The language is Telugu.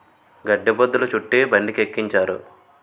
గడ్డి బొద్ధులు చుట్టి బండికెక్కించారు